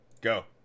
go